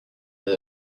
that